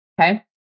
Okay